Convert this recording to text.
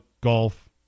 golf